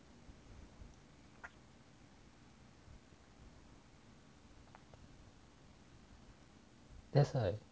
that's why